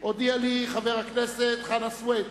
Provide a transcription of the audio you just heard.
הודיע לי חבר הכנסת חנא סוייד